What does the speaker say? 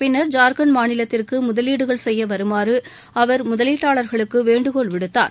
பின்னர் ஜார்கண்ட் மாநிலத்திற்கு முதலீடுகள் செய்ய வருமாறு அவர் முதலீட்டாளர்களுக்கு வேண்டுகோள் விடுத்தார்